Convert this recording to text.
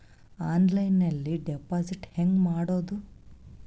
ಆನ್ಲೈನ್ನಲ್ಲಿ ಡೆಪಾಜಿಟ್ ಹೆಂಗ್ ಮಾಡುದು?